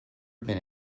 admit